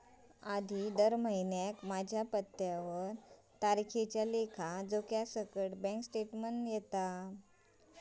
आधी दर महिन्याक माझ्या पत्त्यावर तारखेच्या लेखा जोख्यासकट बॅन्क स्टेटमेंट येता